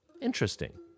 Interesting